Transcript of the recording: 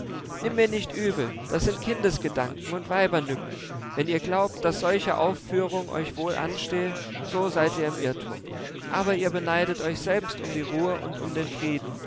nimm mir nicht übel das sind kindesgedanken und weibernücken wenn ihr glaubt daß solche aufführung euch wohl anstehe so seid ihr im irrtum aber ihr beneidet euch selbst um die ruhe und um den frieden